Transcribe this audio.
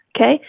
Okay